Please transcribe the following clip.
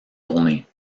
tournées